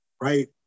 Right